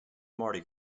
mardi